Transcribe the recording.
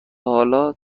حالا